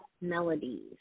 melodies